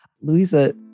Louisa